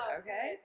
okay